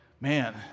man